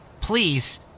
Please